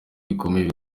bikomeye